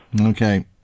Okay